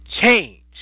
change